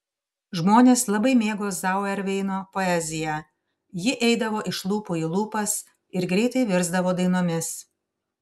žmonės labai mėgo zauerveino poeziją ji eidavo iš lūpų į lūpas ir greitai virsdavo dainomis